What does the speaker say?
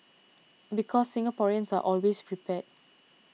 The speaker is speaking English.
because Singaporeans are always prepared